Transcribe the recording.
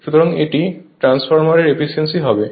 সুতরাং এটি ট্রান্সফরমারের এফিসিয়েন্সি হবে